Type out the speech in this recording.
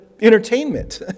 entertainment